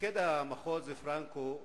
מפקד המחוז פרנקו,